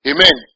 Amen